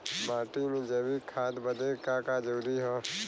माटी में जैविक खाद बदे का का जरूरी ह?